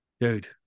Dude